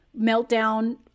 meltdown